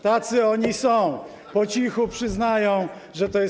Tacy oni są: po cichu przyznają, że to jest.